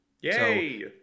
yay